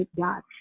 God